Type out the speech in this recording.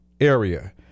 area